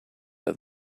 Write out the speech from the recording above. have